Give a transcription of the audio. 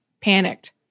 panicked